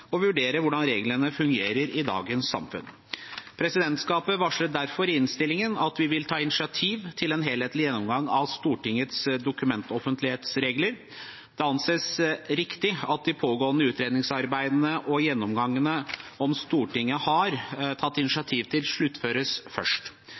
og vurdere hvordan reglene fungerer i dagens samfunn. Presidentskapet varsler derfor i innstillingen at det vil ta initiativ til en helhetlig gjennomgang av Stortingets dokumentoffentlighetsregler. Det anses riktig at de pågående utredningsarbeidene og gjennomgangene som Stortinget har tatt